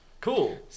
Cool